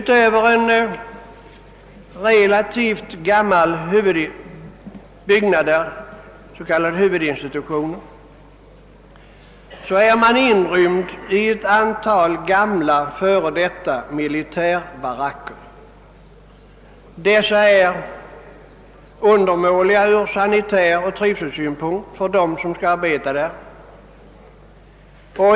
Förutom den relativt gamla s.k. huvudinstitutionen disponeras ett antal före detta militärbaracker, som är undermåliga ur sanitär och trivselsynpunkt för dem som skall arbeta där.